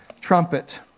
trumpet